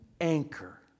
anchor